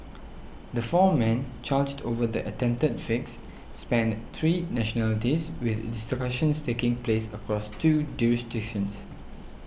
the four men charged over the attempted fix spanned three nationalities with discussions taking place across two jurisdictions